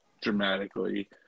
dramatically